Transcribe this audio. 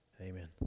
Amen